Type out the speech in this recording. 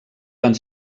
van